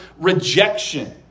rejection